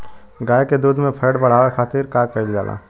गाय के दूध में फैट बढ़ावे खातिर का कइल जाला?